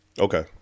Okay